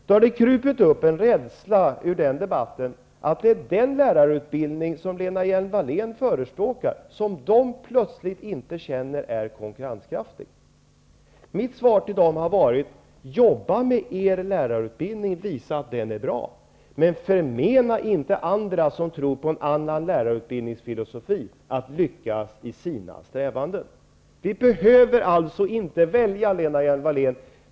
Då har det krupit fram en rädsla att det är den lärarutbildning som Lena Hjelm-Wallén förespråkar som de plötsligt känner inte är konkurrenskraftig. Mitt svar till dem har varit: Jobba med er lärarutbildning, visa att den är bra, men förmena inte andra som tror på en annan lärarutbildningsfilosofi att lyckas i sina strävanden. Vi behöver alltså inte välja, Lena Hjelm-Wallén.